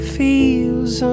feels